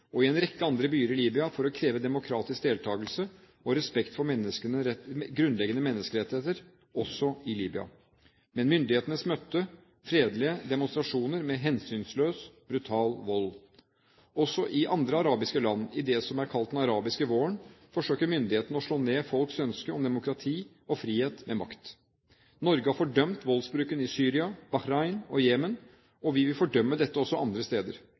og i en rekke andre byer i Libya for å kreve demokratisk deltakelse og respekt for grunnleggende menneskerettigheter også i Libya. Men myndighetene møtte innbyggernes fredelige demonstrasjoner med hensynsløs, brutal vold. Også i andre arabiske land, i det som er kalt den arabiske våren, forsøker myndighetene å slå ned folks ønske om demokrati og frihet med makt. Norge har fordømt voldsbruken i Syria, Bahrain og Jemen, og vi vil fordømme dette også andre steder.